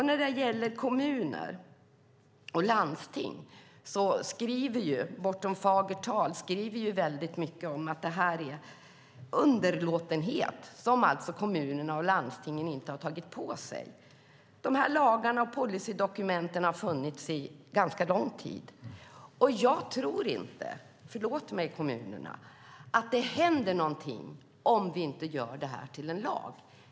När det gäller kommuner och landsting skrivs det i Bortom fagert tal mycket om att detta är en underlåtenhet och att kommuner och landsting inte har tagit på sig det. Dessa lagar och policydokument har funnits under ganska lång tid. Jag tror inte - förlåt mig, kommunerna - att det händer någonting om vi inte gör detta till en lag.